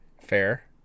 Fair